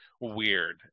weird